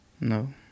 No